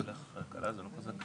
איך זה לא כלכלי?